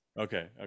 Okay